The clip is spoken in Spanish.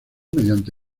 mediante